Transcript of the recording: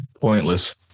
pointless